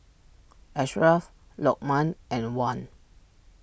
Ashraf Lokman and Wan